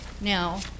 Now